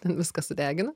ten viską sudegina